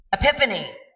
epiphany